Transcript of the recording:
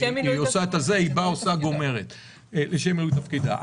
היא באה, עושה, גומרת לשם מילוי תפקידה.